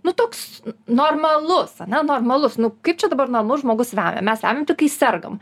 nu toks normalus ane nenormalus nu kaip čia dabar normalus žmogus vemia mes vemiam tik kai sergam